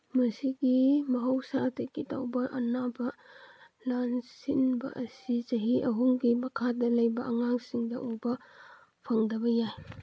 ꯃꯁꯤꯒꯤ ꯃꯍꯧꯁꯥꯗꯒꯤ ꯇꯧꯕ ꯑꯅꯥꯕꯅ ꯂꯥꯟꯁꯤꯟꯕ ꯑꯁꯤ ꯆꯍꯤ ꯑꯍꯨꯝꯒꯤ ꯃꯈꯥꯗ ꯂꯩꯕ ꯑꯉꯥꯡꯁꯤꯡ ꯎꯕ ꯐꯪꯗꯕ ꯌꯥꯏ